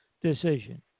decision